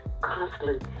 constantly